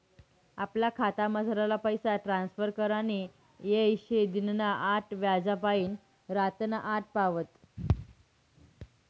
आपला खातामझारला पैसा ट्रांसफर करानी येय शे दिनना आठ वाज्यापायीन रातना आठ पावत